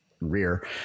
rear